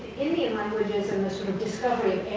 indian languages and the sort of discovery